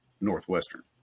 Northwestern